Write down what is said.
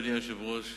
אדוני היושב-ראש,